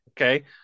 Okay